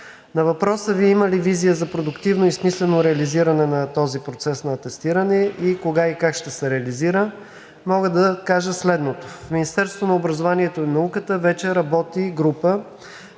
На въпроса Ви има ли визия за продуктивно и смислено реализиране на този процес на атестиране и кога и как ще се реализира мога да кажа следното: в Министерството на образованието и науката вече работи група,